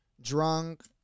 drunk